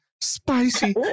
Spicy